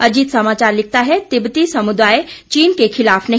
अजीत समाचार लिखता है तिब्बती समुदाय चीन के खिलाफ नहीं